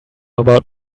about